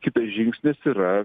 kitas žingsnis yra